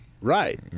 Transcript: right